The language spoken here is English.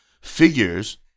figures